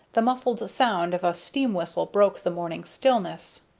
the muffled sound of a steam-whistle broke the morning stillness.